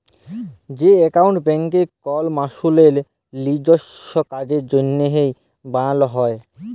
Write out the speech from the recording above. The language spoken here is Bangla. যে একাউল্ট ব্যাংকে কল মালুসের লিজস্য কাজের জ্যনহে বালাল হ্যয়